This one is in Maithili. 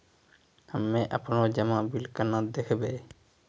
हम्मे आपनौ जमा बिल केना देखबैओ?